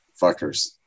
fuckers